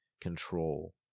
control